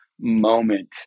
moment